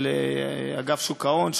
של אגף שוק ההון,